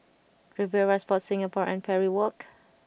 Riviera Sport Singapore and Parry Walk